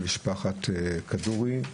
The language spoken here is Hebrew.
משפחת כדורי,